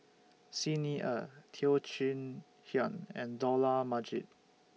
Xi Ni Er Teo Chee Hean and Dollah Majid